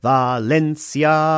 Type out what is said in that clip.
Valencia